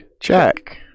check